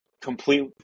complete